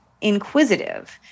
inquisitive